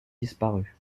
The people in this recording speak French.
disparue